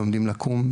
לומדים לקום,